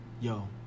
yo